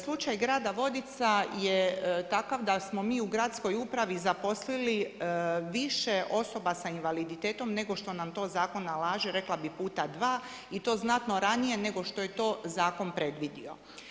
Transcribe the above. Slučaj grada Vodica je takav da smo mi u gradskoj upravi zaposlili više osoba sa invaliditetom nego što nam to zakon nalaže, rekla bih puta dva i to znatno ranije nego što je to zakon predvidio.